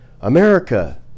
America